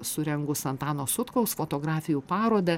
surengus antano sutkaus fotografijų parodą